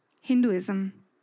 Hinduism